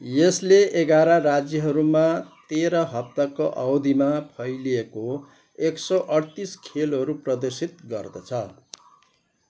यसले एघार राज्यहरूमा तेह्र हप्ताको अवधिमा फैलिएको एक सौ अठतिस खेलहरू प्रदर्शित गर्दछ